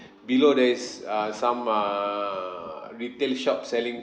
below there is uh some err retail shop selling